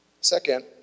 Second